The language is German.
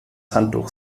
handtuch